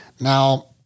Now